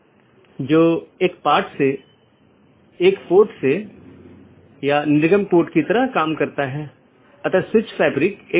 4 जीवित रखें मेसेज यह निर्धारित करता है कि क्या सहकर्मी उपलब्ध हैं या नहीं